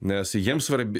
nes jiems svarbi